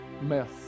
mess